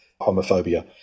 homophobia